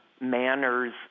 manners